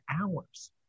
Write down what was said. hours